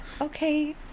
Okay